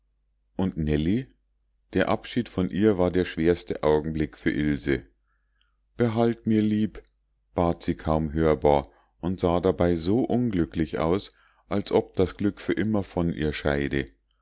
und nellie der abschied von ihr war der schwerste augenblick für ilse behalt mir lieb bat sie kaum hörbar und sah dabei so unglücklich aus als ob das glück für immer von ihr scheide